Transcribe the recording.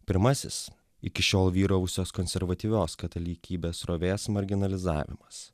pirmasis iki šiol vyravusios konservatyvios katalikybės srovės marginalizavimas